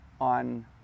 on